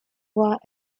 while